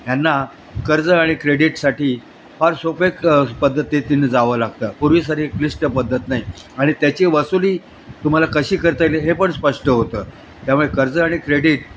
ह्यांना कर्ज आणि क्रेडीटसाठी फार सोपे क पद्धतीतीने जावं लागतं पूर्वी सारी क्लिष्ट पद्धत नाही आणि त्याची वसुली तुम्हाला कशी करता येईल हे पण स्पष्ट होतं त्यामुळे कर्ज आणि क्रेडीट